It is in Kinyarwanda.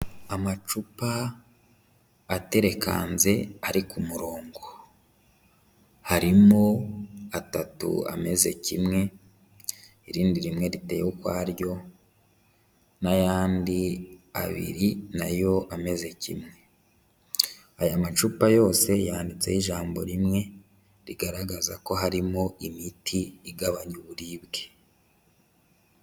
Amacupa aterekanze ari ku murongo, harimo atatu ameze kimwe, irindi rimwe riteye ukwaryo n'ayandi abiri na yo ameze kimwe, aya macupa yose yanditseho ijambo rimwe rigaragaza ko harimo imiti igabanya uburibwe.